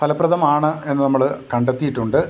ഫലപ്രദമാണ് എന്ന് നമ്മൾ കണ്ടെത്തിയിട്ടുണ്ട്